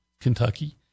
Kentucky